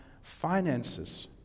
finances